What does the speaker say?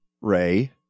ray